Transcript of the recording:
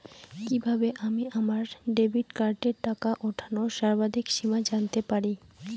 কিভাবে আমি আমার ডেবিট কার্ডের টাকা ওঠানোর সর্বাধিক সীমা জানতে পারব?